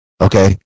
okay